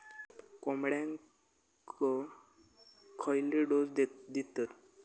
कोंबड्यांक खयले डोस दितत?